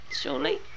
surely